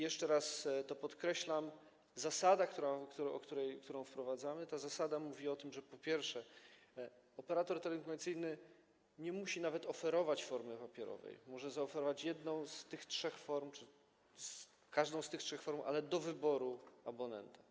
Jeszcze raz to podkreślam: zasada, którą wprowadzamy, ta zasada mówi o tym, że, po pierwsze, operator telekomunikacyjny nie musi nawet tego oferować w formie papierowej, może zaoferować jedną z tych trzech form czy każdą z tych trzech form, ale do wyboru abonenta.